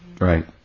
right